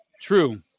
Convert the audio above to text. True